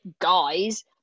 guys